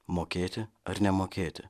mokėti ar nemokėti